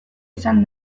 izan